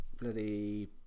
bloody